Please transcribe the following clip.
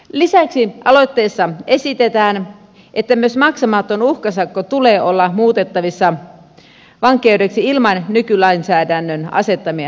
lisäksi aloitteessa esitetään että myös maksamaton uhkasakko tulee olla muutettavissa vankeudeksi ilman nykylainsäädännön asettamia rajoituksia